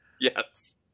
Yes